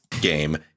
game